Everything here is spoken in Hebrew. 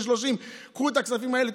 של 30. קחו את הכספים האלה,